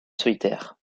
solitaire